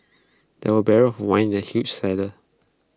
there were barrels of wine in the huge cellar